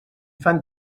fan